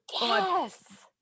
yes